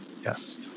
Yes